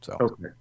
Okay